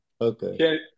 okay